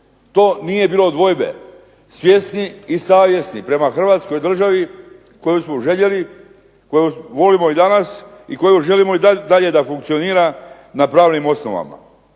To nije bilo dvojbe. Svjesni i savjesni prema Hrvatskoj državi koju smo željeli, koju volimo i danas i koju želimo i dalje da funkcionira na pravnim osnova.